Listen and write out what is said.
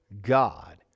God